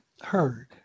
heard